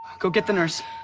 go get the nurse.